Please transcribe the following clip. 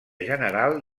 general